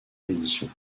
édition